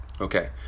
Okay